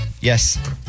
Yes